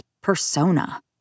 persona